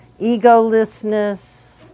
egolessness